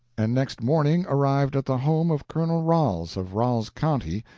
and next morning arrived at the home of colonel ralls, of ralls county,